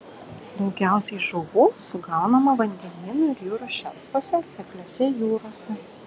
daugiausiai žuvų sugaunama vandenynų ir jūrų šelfuose sekliose jūrose